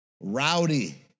rowdy